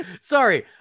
sorry